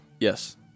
Yes